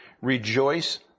rejoice